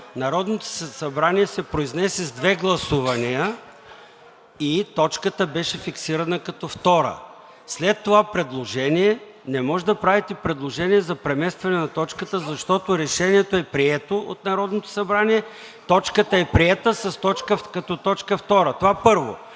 Народното събрание се произнесе с две гласувания и точката беше фиксирана като втора. След това предложение не можете да правите предложение за преместване на точката, защото решението е прието от Народното събрание, точката е приета като точка втора. Това, първо.